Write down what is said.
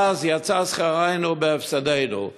ואז יצא שכרנו בהפסדנו.